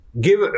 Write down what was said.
give